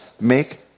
make